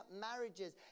marriages